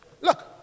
Look